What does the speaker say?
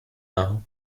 now